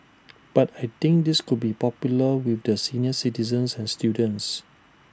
but I think this could be popular with the senior citizens and students